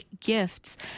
gifts